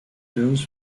doors